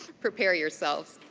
prepare yourselves.